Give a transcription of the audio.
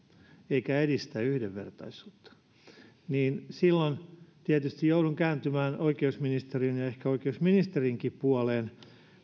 eikä edistä yhdenvertaisuutta silloin tietysti joudun kääntymään oikeusministeriön ja ehkä oikeusministerinkin puoleen